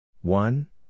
One